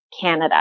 Canada